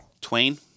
Twain